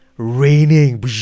raining